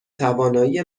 توانایی